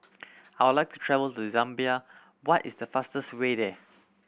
I would like to travel to Zambia what is the fastest way there